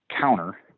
counter